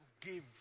give